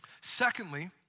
Secondly